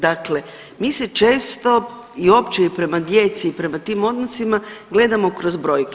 Dakle mi se često i opće i prema djeci i prema tim odnosima gledamo kroz brojke.